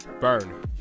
Burn